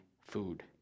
food